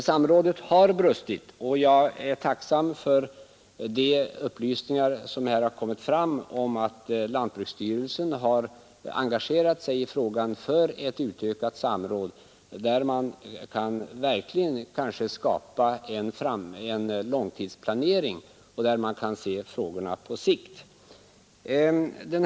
Samrådet har brustit, och jag är tacksam för de upplysningar som här har kommit fram — att lantbruksstyrelsen har engagerat sig för ett utökat samråd så att man kanske verkligen kan skapa en långtidsplanering och se frågorna på sikt.